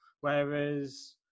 Whereas